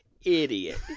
idiot